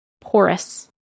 porous